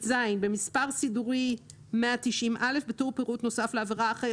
במספר סידורי 190א בטור "פירוט נוסף לבירה"